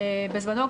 בזמנו,